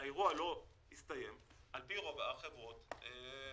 האירוע לא הסתיים על פי רוב החברות נענות.